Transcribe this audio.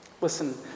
Listen